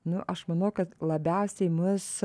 nu aš manau kad labiausiai mus